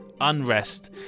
unrest